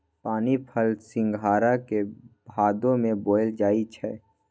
पानीफल सिंघारा के भादो में बोयल जाई छै